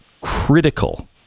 critical